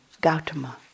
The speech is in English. Gautama